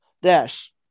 Dash